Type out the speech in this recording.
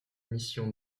mission